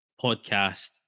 podcast